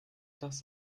das